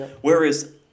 whereas